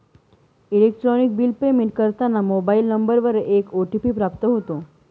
electronic bill payment करताना mobile नंबरवर एक ओ.टी.पी प्राप्त होतो